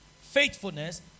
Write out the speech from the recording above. faithfulness